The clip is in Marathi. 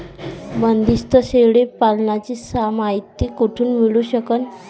बंदीस्त शेळी पालनाची मायती कुठून मिळू सकन?